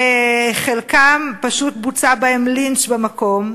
ובחלקם פשוט בוצע לינץ' במקום,